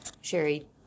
Sherry